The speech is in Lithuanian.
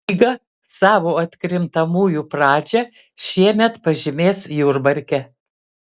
lyga savo atkrintamųjų pradžią šiemet pažymės jurbarke